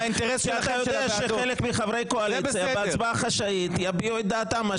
כי אתה יודע שחלק מחברי הקואליציה בהצבעה חשאית יביעו את דעתם,